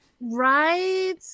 Right